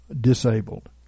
disabled